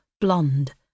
blonde